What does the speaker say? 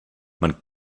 man